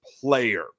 player